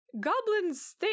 Goblins